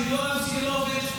של יואב סגלוביץ'.